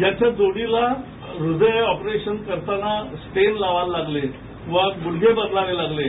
याच्या जोडीला हृदयाचे ऑपरेशन करताना स्टेन लावावे लागले वा गुडघे बदलावे लागले